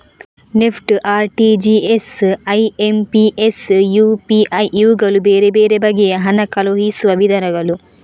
NEFT, RTGS, IMPS, UPI ಇವುಗಳು ಬೇರೆ ಬೇರೆ ಬಗೆಯ ಹಣ ಕಳುಹಿಸುವ ವಿಧಾನಗಳು